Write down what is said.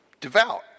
devout